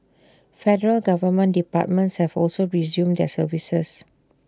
federal government departments have also resumed their services